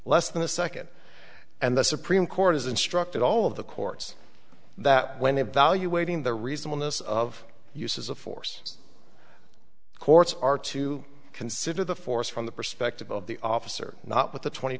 less than a second and the supreme court has instructed all of the courts that when evaluating the reasonableness of uses of force courts are to consider the force from the perspective of the officer not with the twenty